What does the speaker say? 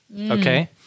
Okay